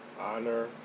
honor